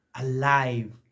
alive